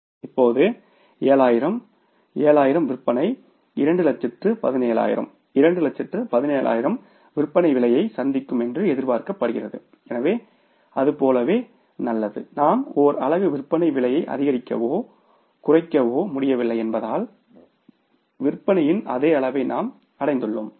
இப்போது 7000 7000 விற்பனை 217000 217000 விற்பனை விலையை சந்திக்கும் என்று எதிர்பார்க்கப்படுகிறது எனவே இது அதுபோலவே நல்லது நாம் ஒரு அலகு விற்பனை விலையை அதிகரிக்கவோ குறைக்கவோ முடியவில்லை என்பதால் விற்பனையின் அதே அளவை நாம் அடைந்துள்ளோம்